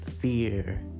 fear